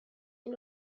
این